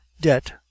debt